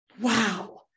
Wow